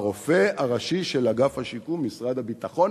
הרופא הראשי של אגף השיקום במשרד הביטחון